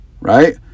right